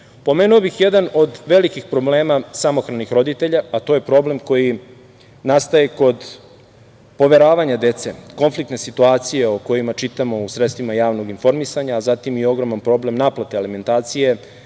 mera. Pomenuo bih jedan od velikih problema samohranih roditelja, a to je problem koji nastaje kod poveravanja dece, konflikte situacije o kojima čitamo u sredstvima javnog informisanja, a zatim i ogroman problem naplate alimentacije